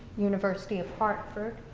university of hartford,